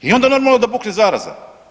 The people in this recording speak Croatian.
I onda normalno da bukne zaraza.